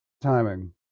timing